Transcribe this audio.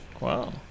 Wow